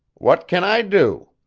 what can i do?